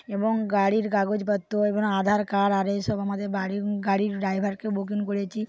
এবং গাড়ির কাগজপত্র এবং আধার কার্ড আর এ এইসব আমাদের বাড়ির গাড়ির ড্রাইভারকে বুকিং করেছি